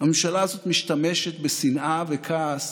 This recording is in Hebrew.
הממשלה הזאת משתמשת בשנאה ובכעס